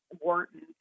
Wharton